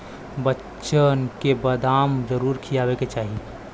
बच्चन के बदाम जरूर खियावे के चाही